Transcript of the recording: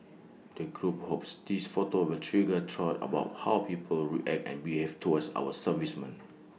the group hopes these photos will trigger thought about how people react and behave toward our servicemen